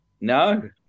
No